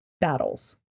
battles